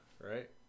right